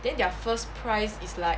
then their first prize is like